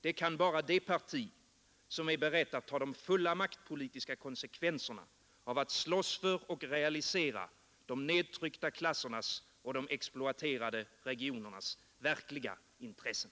Det kan bara det parti, som är berett att ta de fulla maktpolitiska konsekvenserna av att slåss för och realisera de nedtryckta klassernas och de exploaterade regionernas verkliga intressen.